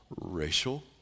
Racial